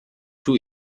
two